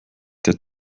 der